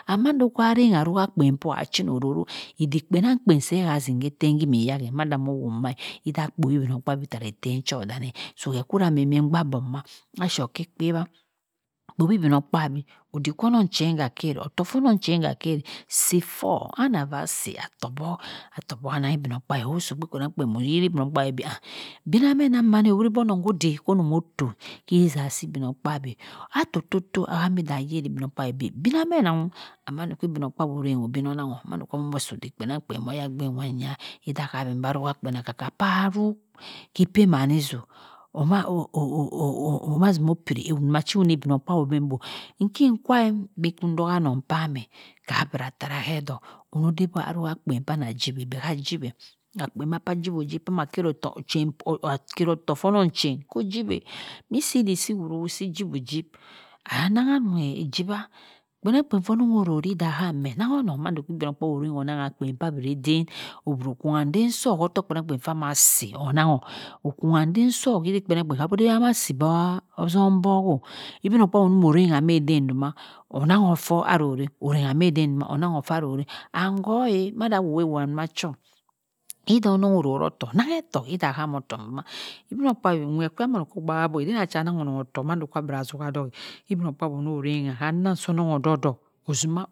And mando kwa arengha arua akpien kwo achin orooh edik kpienang kpien si ya zim attem isimiyahe manda moh woh ma iddiah akpoyoh tarah etem cho dang so seh kwida mmi gba bong mah asho khe kpewa kpowi igbmogkpabi oddik so onong chein ha keri si foh hana vah si attoh fornong chein ha keri si foh hana vah si attoh obok, attoh obok ananhghi igbmogkpabi husi ogbe kpienangh kpien moh yeri igbmogkpabi benah meh annang manẹẹ ohuribo onong hodekonomotoh si eziziha ki igbmogkpabi ah to to ahambi ayeni igbogkpabi bi benameh nangham and mando ki igbmogkpasiogbino knangho mand aoh omo soh oddik kpienangikpien koyagbin mahya edah ammba hua kpien oka ka kpa ru ki kpi man hizu okpiri ewoh cha igbmogkpai obembo nki kwa ngbe ku zoha anong kpam eh kah abira tara hee ddoh bohddik arua kpien ama jiwi, beh hajiweh akpien makwa amah yiw ohijibe amah kẹẹrottok foh nong chein ko joweh mi si iddik ki jiwijib ananghaanong ejiw kpienangkpien foh onong orori da hameh nangho onong odey igbmogkpbabi onangha kpien ka wirenden ohbro kwugha eden soh ọttọk pakpienangkpien hama si onangho okwuuuuugha adden soh kidden kpienang kpien onangho okwugha enden soh kha kpienang kpien kandeh yan asi bah ozum boho igbmogkpabi omoh rangha meh eden duma onangho foh arori and koeh mada awo owo wah duma cho iddọh ọnọg ororoh ottok nanghattok iddah ahamottok duma igbmogkpabi nwe kwe he okoh gbaha bo eden cha ananghao ọnọg ottoh mando kwa abra zuha dok eh igbmogkpabi onoh rangha handnam so ong odoh dok.̠̜̜